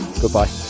Goodbye